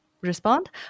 respond